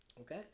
Okay